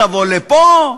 תבוא לפה.